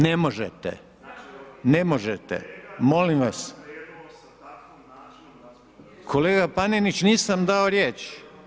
Ne možete, ne možete, molim vas. … [[Upadica se ne čuje.]] Kolega Panenić, nisam dao riječ.